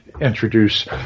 introduce